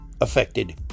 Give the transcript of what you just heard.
affected